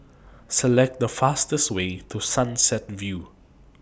Select The fastest Way to Sunset View